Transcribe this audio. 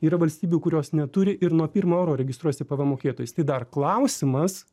yra valstybių kurios neturi ir nuo pirmo euro registruojasi pvm mokėtojus tai dar klausimas